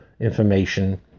information